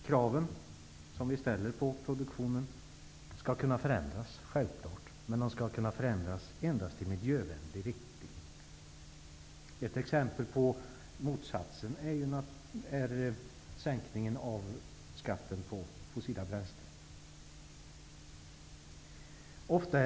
Kraven som vi ställer på produktionen skall självfallet kunna förändras, men de skall endast kunna förändras i miljövänlig riktning. Ett exempel på motsatsen är sänkningen av skatten på fossila bränslen.